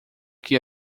que